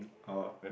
or